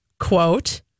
Quote